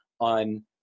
on